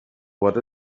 what